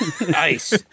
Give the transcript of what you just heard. Nice